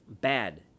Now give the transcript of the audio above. bad